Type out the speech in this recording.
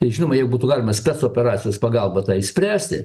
tai žinoma jei būtų galima spec operacijos pagalba tą išspręsti